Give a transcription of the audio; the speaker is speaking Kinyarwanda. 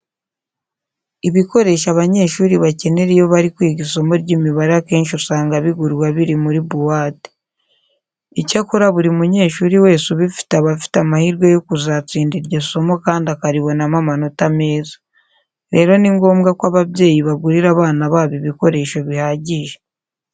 Ibikoresho abanyeshuri bakenera iyo bari kwiga isomo ry'imibare akenshi usanga bigurwa biri muri buwate. Icyakora buri munyeshuri wese ubifite aba afite amahirwe yo kuzatsinda iryo somo kandi akaribonamo amanota meza. Rero ni ngombwa ko ababyeyi bagurira abana babo ibikoresho bihagije.